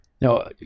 no